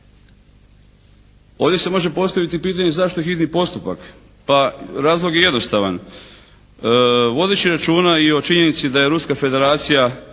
Ovdje se može postaviti pitanje zašto hitni postupak? Pa razlog je jednostavan. Vodeći računa i o činjenici da je Ruska federacija